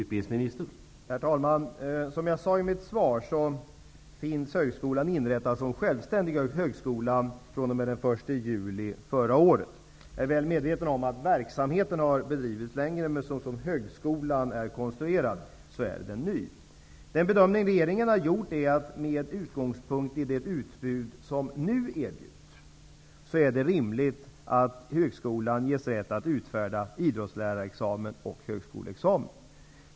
Herr talman! Som jag sade i mitt svar finns högskolan inrättad som en självständig högskola fr.o.m. den 1 juli förra året. Jag är väl medveten om att verksamheten har bedrivits längre, men så som högskolan nu är konstruerad är den ny. Den bedömning regeringen har gjort är att det med utgångspunkt i det utbud som nu erbjuds är rimligt att högskolan ges rätt att utfärda idrottslärarexamen och högskoleexamen.